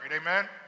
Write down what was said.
amen